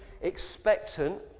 expectant